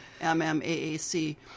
M-M-A-A-C